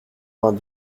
vingt